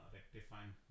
Rectifying